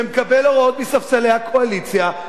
שמקבל הוראות מספסלי הקואליציה,